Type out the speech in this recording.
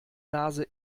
nase